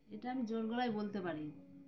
এটা আমি জোর গলায় বলতে পারি